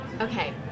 Okay